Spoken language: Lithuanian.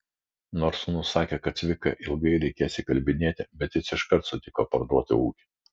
nors sūnus sakė kad cviką ilgai reikės įkalbinėti bet jis iškart sutiko parduoti ūkį